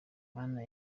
mana